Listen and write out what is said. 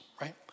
right